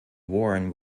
worn